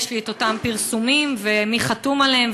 יש לי אותם פרסומים ומי חתום עליהם,